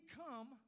come